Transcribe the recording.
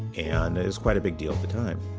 and it was quite a big deal at the time.